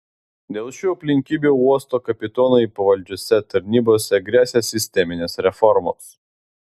dėl šių aplinkybių uosto kapitonui pavaldžiose tarnybose gresia sisteminės reformos